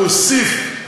הוא הוסיף,